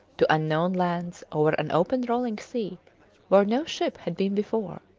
to unknown lands, over an open rolling sea where no ship had been before.